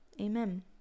amen